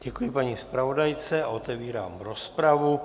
Děkuji paní zpravodajce a otevírám rozpravu.